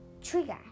trigger